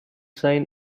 sign